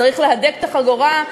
צריך להדק את החגורה,